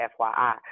FYI